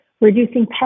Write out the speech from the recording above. reducing